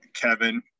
Kevin